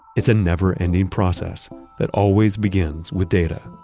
it's a never-ending process that always begins with data